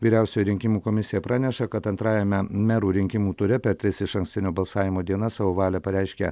vyriausioji rinkimų komisija praneša kad antrajame merų rinkimų ture per tris išankstinio balsavimo dienas savo valią pareiškė